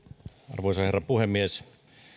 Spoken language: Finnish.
arvoisa herra puhemies